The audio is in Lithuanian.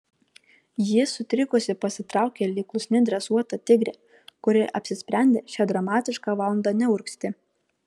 ji sutrikusi pasitraukė lyg klusni dresuota tigrė kuri apsisprendė šią dramatišką valandą neurgzti